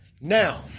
Now